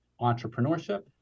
entrepreneurship